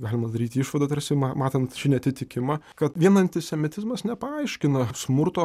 galima daryti išvadą tarsi ma matant šį neatitikimą kad vien antisemitizmas nepaaiškina smurto